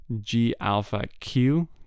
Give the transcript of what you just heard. G-alpha-Q